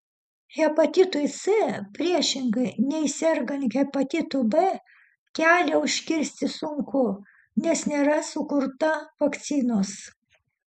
hepatitui c priešingai nei sergant hepatitu b kelią užkirsti sunku nes nėra sukurta vakcinos